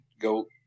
go